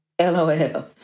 LOL